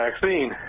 vaccine